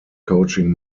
coaching